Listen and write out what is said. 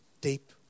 deep